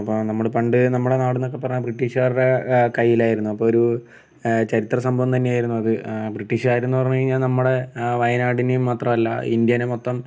അപ്പോൾ നമ്മൾ പണ്ട് നമ്മുടെ നാടെന്നൊക്കെ പറഞ്ഞാൽ ബ്രിട്ടീഷ്ക്കാരുടെ കയ്യിലായിരുന്നു അപ്പോൾ ഒരു ചരിത്ര സംഭവം തന്നെയായിരുന്നു അത് ബ്രിട്ടീഷ്ക്കാരെന്ന് പറഞ്ഞുകഴിഞ്ഞാൽ നമ്മുടെ വായനാടിനേം മാത്രമല്ല ഇന്ത്യേനെ മൊത്തം